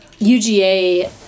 UGA